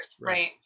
right